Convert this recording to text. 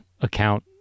account